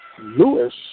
Lewis